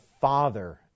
father